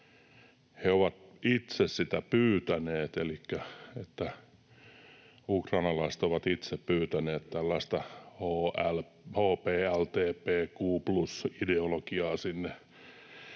he ovat itse sitä pyytäneet, elikkä että ukrainalaiset ovat itse pyytäneet sinne tällaista HBLTBQ+-ideologiaa.